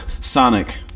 Sonic